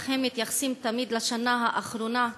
אך הם מתייחסים תמיד לשנה האחרונה,